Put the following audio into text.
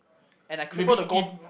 and I cripple the gold